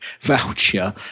voucher